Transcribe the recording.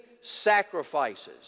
sacrifices